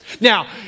Now